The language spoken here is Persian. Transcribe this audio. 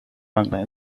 مقنعه